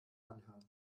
anhören